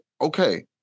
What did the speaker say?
okay